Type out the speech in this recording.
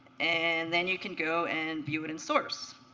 and then you can go and view it in source.